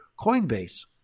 Coinbase